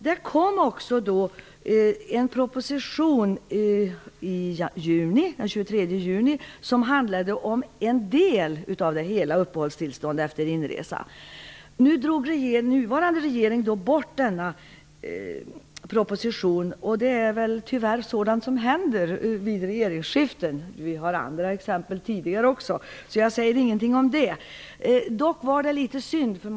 Det kom en proposition den 23 juni som handlade om en del av detta, nämligen om uppehållstillstånd efter inresa. Den nuvarande regeringen drog in denna proposition. Det är tyvärr sådant som händer vid regeringsskiften. Det finns andra exempel på det sedan tidigare. Därför säger jag ingenting om det. Men det var litet synd att detta skedde.